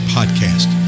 Podcast